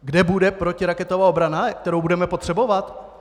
Kde bude protiraketová obrana, kterou budeme potřebovat?